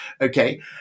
Okay